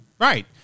Right